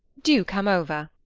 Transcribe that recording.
do come over.